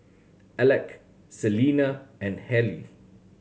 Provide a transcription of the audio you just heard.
Alec Selina and Hallie